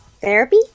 Therapy